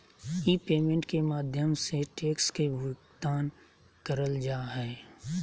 ई payment के माध्यम से टैक्स के भुगतान करल जा हय